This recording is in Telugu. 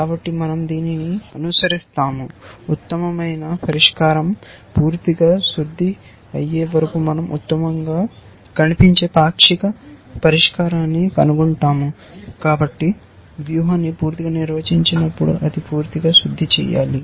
కాబట్టి మనం దీనిని అనుసరిస్తాము ఉత్తమమైన పరిష్కారం పూర్తిగా శుద్ధి అయ్యేవరకు మనం ఉత్తమంగా కనిపించే పాక్షిక పరిష్కారాన్ని కనుగొంటాము కాబట్టి వ్యూహాన్ని పూర్తిగా నిర్వచించినప్పుడు అది పూర్తిగా శుద్ధి చేయాలి